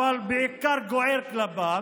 אנחנו, ברע"מ,